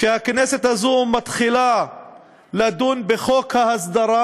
שהכנסת הזאת מתחילה לדון בחוק ההסדרה,